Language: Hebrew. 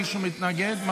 מישהו מתנגד?